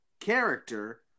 character